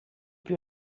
più